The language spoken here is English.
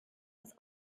was